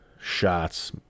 shots